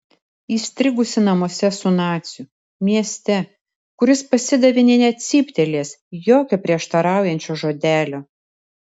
įstrigusi namuose su naciu mieste kuris pasidavė nė necyptelėjęs jokio prieštaraujančio žodelio